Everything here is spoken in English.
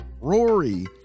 Rory